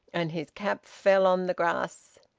and his cap fell on the grass.